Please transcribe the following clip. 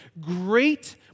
great